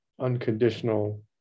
unconditional